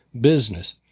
business